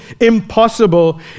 impossible